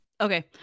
Okay